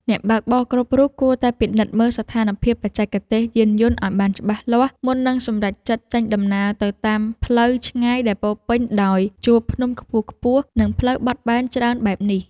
អ្នកបើកបរគ្រប់រូបគួរតែពិនិត្យមើលស្ថានភាពបច្ចេកទេសយានយន្តឱ្យបានច្បាស់លាស់មុននឹងសម្រេចចិត្តចេញដំណើរទៅតាមផ្លូវឆ្ងាយដែលពោរពេញដោយជួរភ្នំខ្ពស់ៗ និង ផ្លូវបត់បែនច្រើនបែបនេះ។